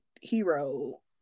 hero